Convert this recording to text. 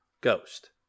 ghost